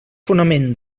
fonament